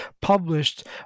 published